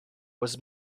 was